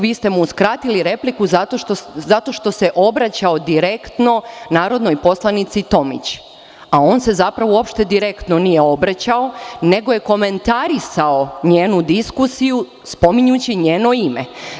Vi ste mu uskratili repliku zato što se obraćao direktno narodnoj poslanici Tomić, a on se zapravo uopšte direktno nije obraćao, nego je komentarisao njenu diskusiju, pominjući njeno ime.